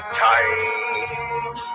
time